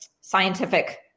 scientific